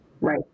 Right